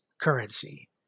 currency